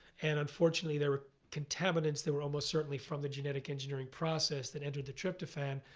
and unfortunately, there were contaminants that were almost certainly from the genetic engineering process that entered the tryptophan.